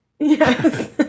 Yes